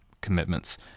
commitments